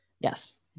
Yes